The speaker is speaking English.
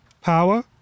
Power